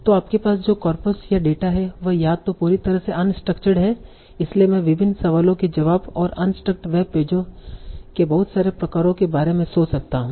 तो आपके पास जो कॉर्पस या डेटा है वह या तो पूरी तरह से अनस्ट्रक्चर्ड है इसलिए मैं विभिन्न सवालों के जवाब और अनस्ट्रक्चर्ड वेब पेजों के बहुत सारे प्रकारों के बारे में सोच सकता हूं